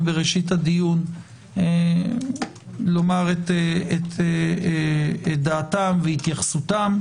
בראשית הדיון לומר את דעתם והתייחסותם,